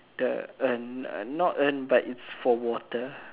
the urn uh not urn but it's for water